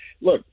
look